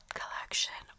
collection